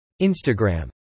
Instagram